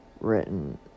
written